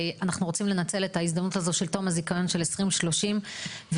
אנחנו רוצים לנצל את ההזדמנות הזו של תום הזיכיון של 2030 ולנסות